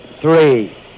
three